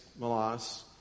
Malas